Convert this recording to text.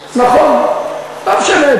נכון, לא משנה.